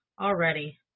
already